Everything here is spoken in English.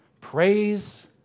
Praise